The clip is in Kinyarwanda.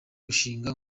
bashinga